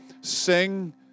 sing